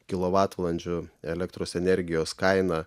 kilovatvalandžių elektros energijos kaina